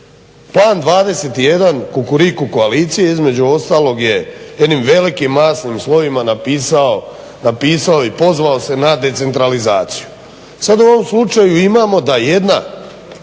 Plan 21 Kukuriku koalicije između ostalog je jednim velikim masnim slovima napisao i pozvao se na decentralizaciju. Sad u ovom slučaju imamo da jedna